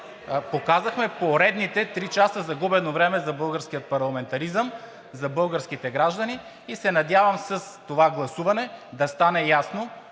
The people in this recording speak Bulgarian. показахме поредните три часа загубено време за българския парламентаризъм, за българските граждани и се надявам с това гласуване да стане ясно,